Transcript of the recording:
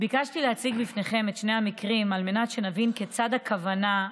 ביקשתי להציג בפניכם את שני המקרים על מנת שנבין כיצד הכוונה,